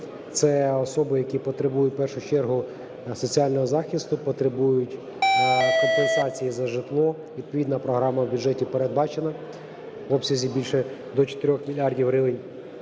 Це особи, які потребують у першу чергу соціального захисту, потребують компенсації за житло, відповідна програма у бюджеті передбачена в обсязі більше до 4 мільярдів гривень.